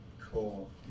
Cool